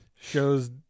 shows